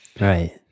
Right